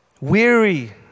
weary